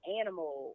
animal